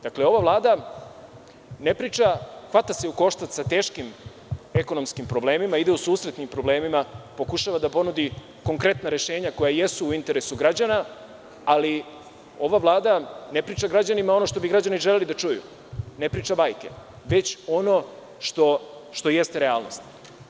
Dakle, ova Vlada se hvata u koštac sa teškim ekonomskim problemima, ide u susret tim problemima, pokušava da ponudi konkretna rešenja koja jesu u interesu građana, ali ova Vlada ne priča građanima ono što bi građani želeli da čuju, ne priča bajke, već ono što jeste realnost.